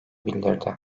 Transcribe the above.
bildirdi